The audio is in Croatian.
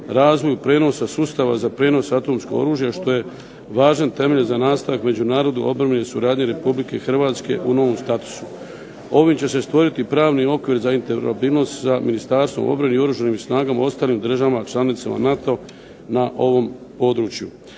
razvoju prijenosa sustava za prijenos atomskog oružja što je važan temelj za nastavak međunarodnu obranu i suradnju Republike Hrvatske u novom statusu. Ovim će se stvoriti pravni okvir za Ministarstvo obrane i oružanim snagama u ostalim državama članicama NATO-a na ovom području.